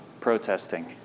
protesting